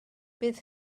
bydd